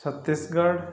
Chhattisgarh